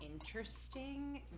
interesting